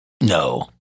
No